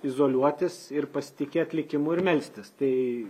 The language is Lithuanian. izoliuotis ir pasitikėt likimu ir melstis tai